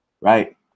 right